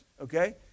okay